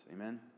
Amen